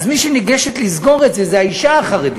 ואז מי שניגשת לסגור את זה זו האישה החרדית.